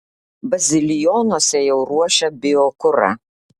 bazilionuose jau ruošia biokurą